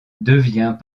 devient